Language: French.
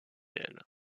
elle